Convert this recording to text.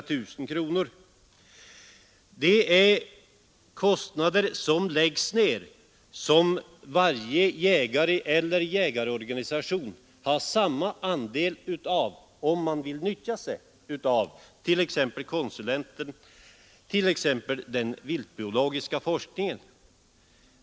Det som dessa kostnader läggs ner på kan varje jägare eller jägarorganisation ha samma nytta av, om de vill utnyttja t.ex. konsulenterna eller den viltbiologiska forskningens resultat.